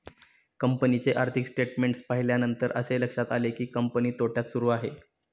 कंपनीचे आर्थिक स्टेटमेंट्स पाहिल्यानंतर असे लक्षात आले की, कंपनी तोट्यात सुरू आहे